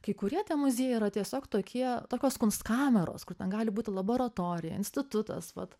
kai kurie muziejai yra tiesiog tokie tokios kunstkameros kur ten gali būti laboratorija institutas vat